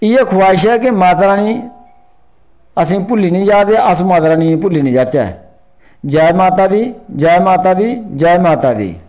इ'यै ख्वाहिश ऐ कि माता रानी असेंगी भुल्ली नि जा ते अस माता रानी गी भुल्ली नि जाचै होर जै माता दी जै माता दी जै माता दी